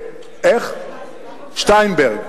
שטיינברג.